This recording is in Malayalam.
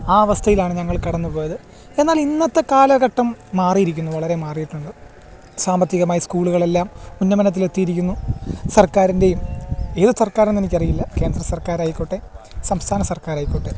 ആ അവസ്ഥയിലാണ് ഞങ്ങൾ കടന്നുപോയത് എന്നാൽ ഇന്നത്തെ കാലഘട്ടം മാറിയിരിക്കുന്നു വളരെ മാറിയിട്ടുണ്ട് സാമ്പത്തികമായി സ്കൂളുകളെല്ലാം ഉന്നമനത്തിൽ എത്തിയിരിക്കുന്നു സർക്കാരിൻ്റേയും ഏത് സർക്കാരെന്ന് എനിക്ക് അറിയില്ല കേന്ദ്ര സർക്കാറായിക്കോട്ടെ സംസ്ഥാന സർക്കാരായിക്കോട്ടെ